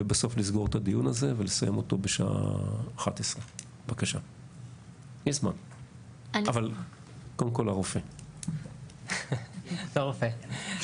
ובסוף לסגור את הדיון הזה ולסיים אותו בשעה 11:00. בבקשה,